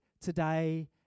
today